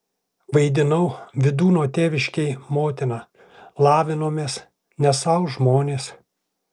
vaidinau vydūno tėviškėj motiną lavinomės ne sau žmonės